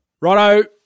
Righto